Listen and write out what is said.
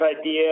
idea